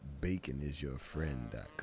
baconisyourfriend